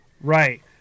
right